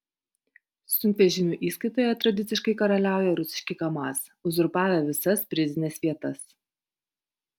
sunkvežimių įskaitoje tradiciškai karaliauja rusiški kamaz uzurpavę visas prizines vietas